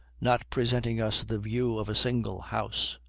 not presenting us the view of a single house.